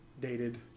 dated